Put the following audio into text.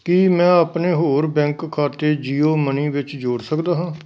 ਕੀ ਮੈਂ ਆਪਣੇ ਹੋਰ ਬੈਂਕ ਖਾਤੇ ਜੀਓ ਮਨੀ ਵਿੱਚ ਜੋੜ ਸਕਦਾ ਹਾਂ